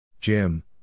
Jim